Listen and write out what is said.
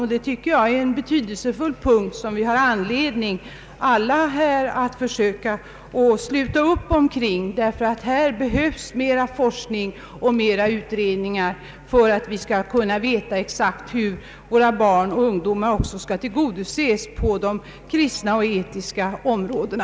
Jag tycker att det är en betydelsefull sak som vi alla här har anledning att försöka sluta upp kring. Här behövs mera forskning och utredningar för att vi skall veta exakt hur våra barn och ungdomar skall tillgodoses av massmedia på de kristna och etiska områdena.